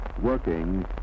working